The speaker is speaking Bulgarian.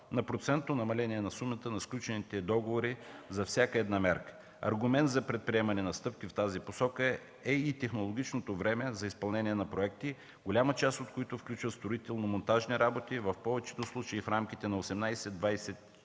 на процентно намаление на сумата на сключените договори за всяка една мярка. Аргумент за предприемане на стъпки в тази посока е и технологичното време за изпълнение на проекти, голяма част от които включва строително-монтажни работи, в повечето случаи и в рамките на 18-24 месеца,